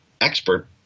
expert